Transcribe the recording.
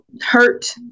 hurt